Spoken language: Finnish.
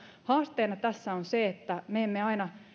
haasteena tässä on se että me emme aina